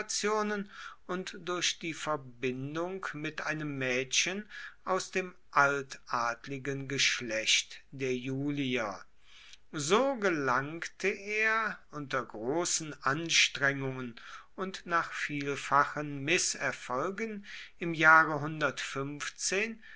und durch die verbindung mit einem mädchen aus dem altadligen geschlecht der julier so gelangte er unter großen anstrengungen und nach vielfachen mißerfolgen im jahre